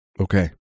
Okay